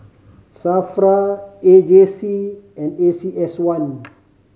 SAFRA A J C and A C S one